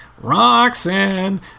Roxanne